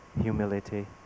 humility